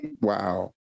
Wow